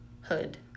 Hood